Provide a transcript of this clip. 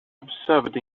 observed